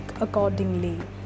accordingly